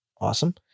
Awesome